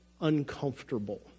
uncomfortable